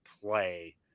play